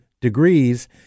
degrees